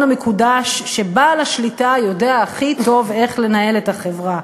המקודש שבעל השליטה יודע הכי טוב איך לנהל את החברה.